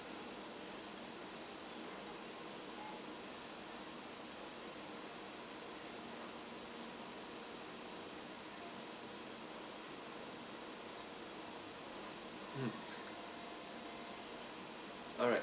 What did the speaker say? mm alright